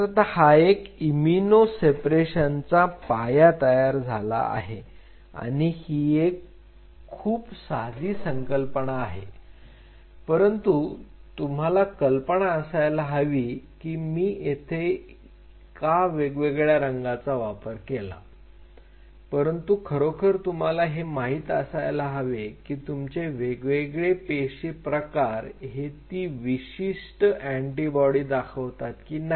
तर आता हा एक इमिनो सेपरेशनचा पाया तयार झाला आहे आणि ही एक खूप साधी संकल्पना आहे परंतु तुम्हाला कल्पना असायला हवी की मी येथे का वेगवेगळ्या रंगांचा वापर केला आहे परंतु खरोखर तुम्हाला हे माहीत असायला हवे की तुमचे वेगवेगळे पेशी प्रकार हे ती विशिष्ट एंटीबॉडी दाखवतात की नाही